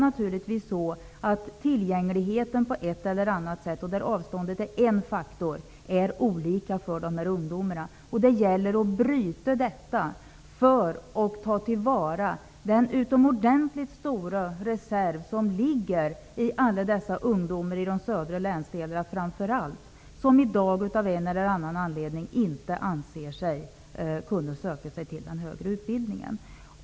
Naturligtvis är det tillgängligheten som på ett eller annat sätt är avgörande, med avståndet som en faktor, för dessa ungdomar. Det gäller att ändra på detta, för att kunna ta till vara den utomordentligt stora reserv som ligger i alla dessa ungdomar, framför allt boende i de södra länsdelarna; ungdomar som i dag av en eller annan anledning inte anser sig kunna söka till den högre utbildningen.